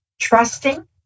trusting